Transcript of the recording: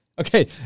Okay